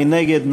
מי נגד?